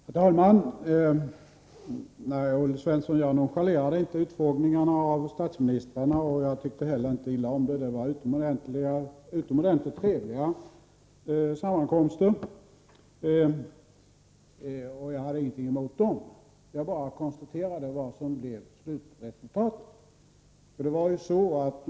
Herr talman! Olle Svensson, jag nonchalerade inte utfrågningarna av statsministrarna, och jag tyckte inte heller illa om dem. Sammankomsterna var utomordentligt trevliga, och jag hade ingenting emot dem. Jag konstaterade bara vad som blev slutresultatet.